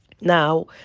Now